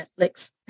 Netflix